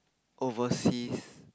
overseas